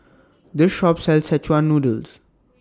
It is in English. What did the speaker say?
This Shop sells Szechuan Noodles